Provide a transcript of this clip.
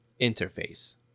interface